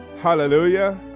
hallelujah